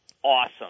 awesome